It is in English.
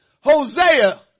Hosea